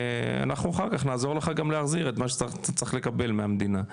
ואנחנו אחר כך נעזור לך גם להחזיר את מה שאתה צריך לקבל מהמדינה.